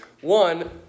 One